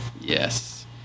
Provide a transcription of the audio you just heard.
yes